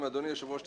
אם אדוני היושב-ראש,